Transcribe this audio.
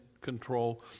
control